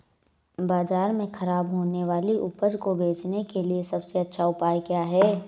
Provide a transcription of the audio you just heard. बाज़ार में खराब होने वाली उपज को बेचने के लिए सबसे अच्छा उपाय क्या हैं?